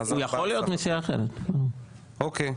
אוקי בסדר?